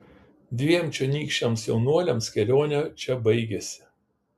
dviem čionykščiams jaunuoliams kelionė čia baigėsi